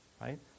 right